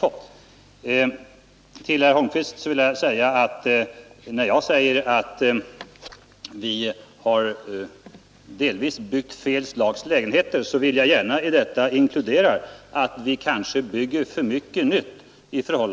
Till statsrådet Holmqvist vill jag säga att mitt påstående, att vi delvis byggt fel slags lägenheter, inkluderar att vi byggt för mycket nytt.